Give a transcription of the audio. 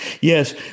Yes